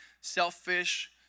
selfish